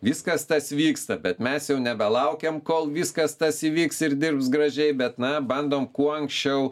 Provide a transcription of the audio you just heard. viskas tas vyksta bet mes jau nebelaukiam kol viskas tas įvyks ir dirbs gražiai bet na bandom kuo anksčiau